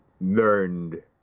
learned